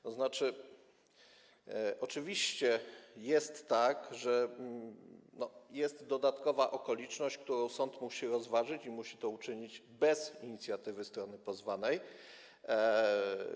To znaczy oczywiście jest tak, że jest dodatkowa okoliczność, którą sąd musi rozważyć i musi uczynić to bez inicjatywy strony pozwanej.